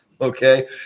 Okay